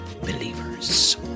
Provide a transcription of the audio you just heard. believers